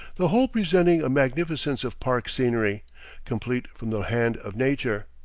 the whole presenting a magnificence of park scenery complete from the hand of nature.